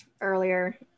earlier